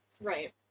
Right